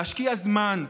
להשקיע זמן,